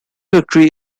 victory